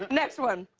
next one.